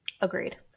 agreed